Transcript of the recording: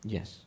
Yes